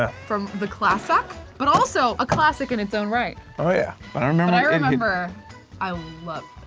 ah from the classic but also a classic in its own right. oh yeah. but um and i remember i loved